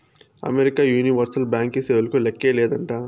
America universal బ్యాంకీ సేవలకు లేక్కే లేదంట